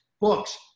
books